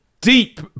deep